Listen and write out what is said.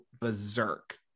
berserk